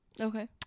Okay